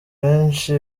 benshi